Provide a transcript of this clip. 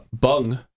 bung